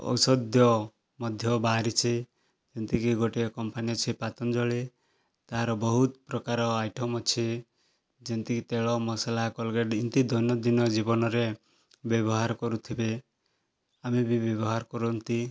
ଔଷଧୀୟ ମଧ୍ୟ ବାହାରିଛି ଯେମିତିକି ଗୋଟେ କମ୍ପାନୀ ଅଛି ପତଞ୍ଜଳି ତା'ର ବହୁତ ପ୍ରକାର ଆଇଟମ୍ ଅଛି ଯେମିତି କି ତେଲ ମସଲା କୋଲ୍ଗେଟ୍ ଏମିତି ଦୈନନ୍ଦିନ ଜୀବନରେ ବ୍ୟବହାର କରୁଥିବେ ଆମେ ବି ବ୍ୟବହାର କରନ୍ତି